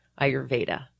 Ayurveda